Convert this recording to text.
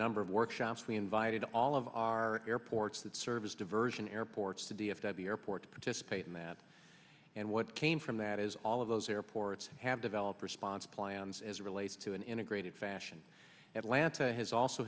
number of workshops we invited all of our airports that service diversion airports to d f w airport to participate in that and what came from that is all of those airports have developed response plans as it relates to an integrated fashion atlanta has also